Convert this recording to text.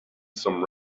some